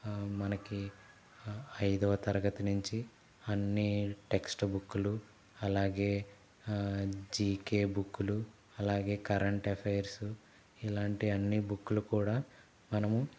మనకి అయిదవ తరగతి నుంచి అన్ని టెక్స్ట్ బుక్లు అలాగే జీకే బుక్లు అలాగే కరంట్ ఎఫైర్సు ఇలాంటి అన్ని బుక్లూ కూడా మనము